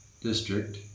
district